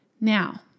Now